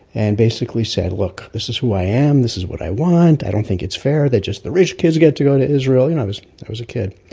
and basically said, look, this is who i am, this is what i want. i don't think it's fair that just rich kids get to go to israel, you know, i was i was a kid,